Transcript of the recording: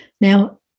Now